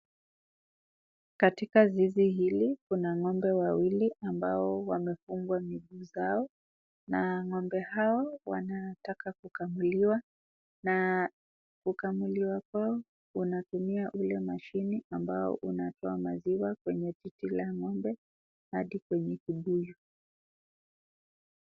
Katika zizi hili kuna ng'ombe wawili ambao wamefungwa miguu zao, na ng'ombe hao wanataka kukamuliwa, na kukamuliwa kwao wanatumia mashini ambao unatoa maziwa kwenye titi la ng'ombe hadi kwenye kibuyu.